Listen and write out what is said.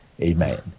Amen